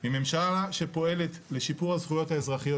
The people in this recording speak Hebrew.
היא ממשלה שפעולת לשיפור הזכויות האזרחיות,